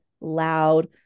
loud